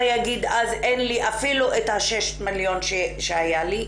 יגיד אז: אין לי אפילו את השישה מיליון שהיו לי.